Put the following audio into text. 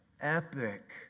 epic